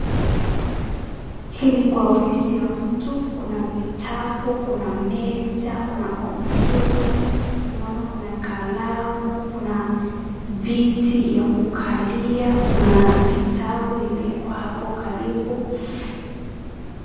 Hii ni kwa ofisi ya mtu, kuna vitabu, kuna meza, kuna computer , naona kuna kalamu, kuna viti ya kukalia, kuna vitabu imewekwa hapo karibu.